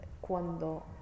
cuando